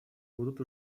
будут